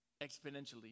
exponentially